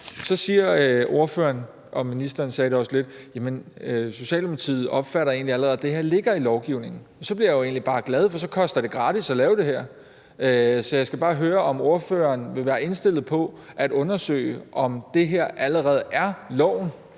Så siger ordføreren, og ministeren sagde det også lidt, at Socialdemokratiet egentlig opfatter det sådan, at det her allerede ligger i lovgivningen, og så bliver jeg jo egentlig bare glad, for så koster det gratis at lave det her. Så jeg skal bare høre, om ordføreren vil være indstillet på at undersøge, om det her allerede er loven,